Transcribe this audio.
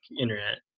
internet